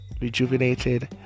rejuvenated